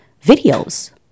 videos